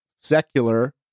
secular